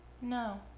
No